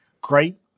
great